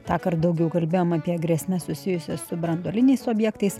tąkart daugiau kalbėjom apie grėsmes susijusias su branduoliniais objektais